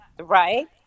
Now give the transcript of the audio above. right